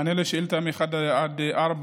מענה על השאילתה מ-1 עד 4: